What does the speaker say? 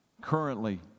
currently